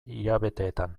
hilabeteetan